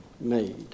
made